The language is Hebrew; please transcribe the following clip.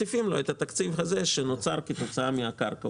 מוסיפים לו את התקציב הזה שנוצר כתוצאה מהקרקע.